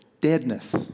deadness